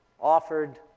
Offered